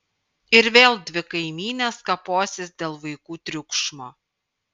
ir vėl dvi kaimynės kaposis dėl vaikų triukšmo